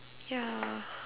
ya